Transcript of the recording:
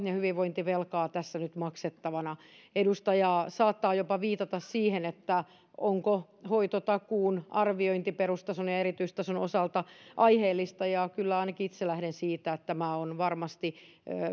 ja ja hyvinvointivelkaa tässä nyt maksettavana edustaja saattaa jopa viitata siihen että onko hoitotakuun arviointi perustason ja ja erityistason osalta aiheellista ja kyllä ainakin itse lähden siitä että tämä on varmasti